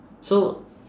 so